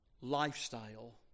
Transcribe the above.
lifestyle